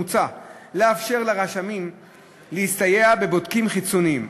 מוצע לאפשר לרשמים להסתייע בבודקים חיצוניים,